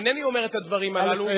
אינני אומר את הדברים הללו.